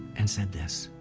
and said this.